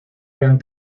gran